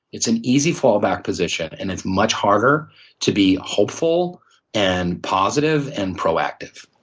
it's an easy fallback position. and it's much harder to be hopeful and positive and proactive.